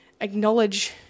acknowledge